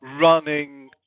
Running